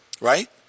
Right